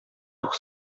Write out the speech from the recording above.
pour